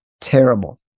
terrible